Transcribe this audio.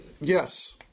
yes